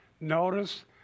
Notice